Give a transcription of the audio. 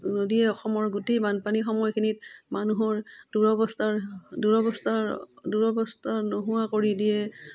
নদীয়ে অসমৰ গোটেই বানপানী সময়খিনিত মানুহৰ দূৰৱস্থাৰ দূৰৱস্থাৰ দূৰৱস্থা নোহোৱা কৰি দিয়ে